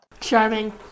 Charming